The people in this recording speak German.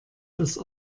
das